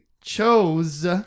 chose